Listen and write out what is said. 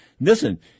listen